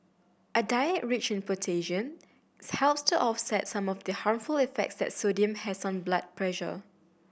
a diet rich in potassium helps to offset some of the harmful effects that sodium has on blood pressure